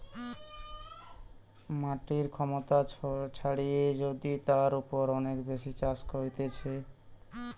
মাটির ক্ষমতা ছাড়িয়ে যদি তার উপর অনেক বেশি চাষ করতিছে